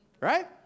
Right